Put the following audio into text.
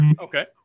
Okay